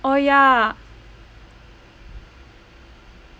oh ya